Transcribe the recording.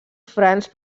francs